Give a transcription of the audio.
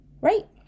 Right